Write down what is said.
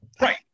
Right